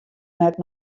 net